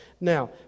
Now